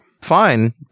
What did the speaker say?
fine